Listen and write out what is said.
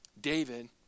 David